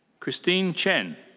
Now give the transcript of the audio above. christine chen.